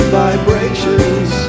vibrations